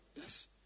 Yes